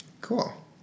Cool